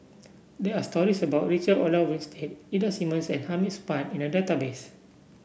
there are stories about Richard Olaf Winstedt Ida Simmons and Hamid Supaat in the database